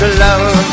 love